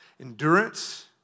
Endurance